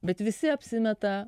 bet visi apsimeta